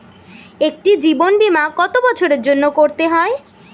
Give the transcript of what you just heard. একটি জীবন বীমা কত বছরের জন্য করতে হয়?